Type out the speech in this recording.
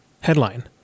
Headline